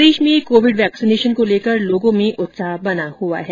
प्रदेश में covid vaccination को लेकर लोगों में उत्साह बना हुआ है